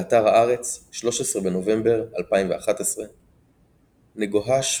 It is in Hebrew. באתר הארץ, 13 בנובמבר 2011 נגוהה שפרלינג,